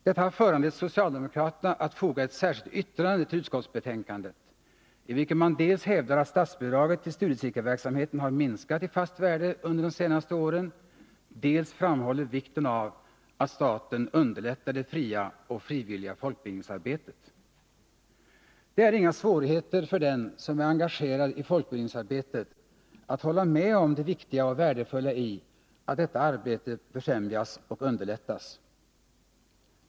Detta har föranlett socialdemokraterna att foga ett särskilt yttrande till utskottsbetänkandet, i vilket de dels hävdar att statsbidraget till studiecirkelverksamheten har minskat i fast värde under de senaste åren, dels framhåller vikten av att staten underlättar det fria och frivilliga folkbildningsarbetet. Det är inga svårigheter för den som är engagerad i folkbildningsarbetet att hålla med om det viktiga och värdefulla i att detta arbete befrämjas och underlättas.